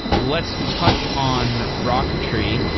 let's touch on rocketry.